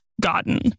gotten